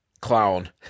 clown